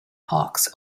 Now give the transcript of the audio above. hawks